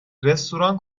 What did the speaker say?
رستوران